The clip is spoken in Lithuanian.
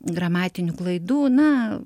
gramatinių klaidų na